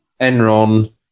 Enron